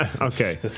Okay